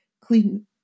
clean